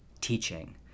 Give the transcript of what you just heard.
teaching